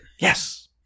Yes